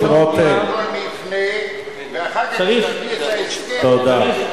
כך, כשתביא את ההסכם, חבר הכנסת רותם, תודה.